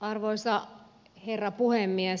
arvoisa herra puhemies